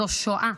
זו שואה.